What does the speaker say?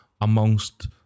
amongst